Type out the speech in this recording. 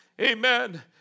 Amen